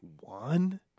one